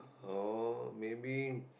oh maybe